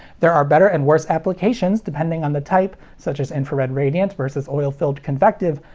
there are better and worse applications depending on the type, such as infrared radiant versus oil-filled convective,